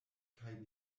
kaj